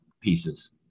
pieces